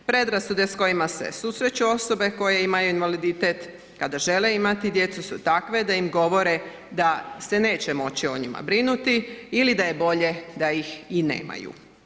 Predrasude s kojima se susreću osobe koje imaju invaliditet, kada žele imati djecu su takve da im govore da se neće moći o njima brinuti ili da je bolje da ih i nemaju.